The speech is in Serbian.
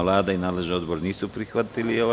Vlada i nadležni odbor nisu prihvatili amandman.